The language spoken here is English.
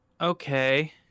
okay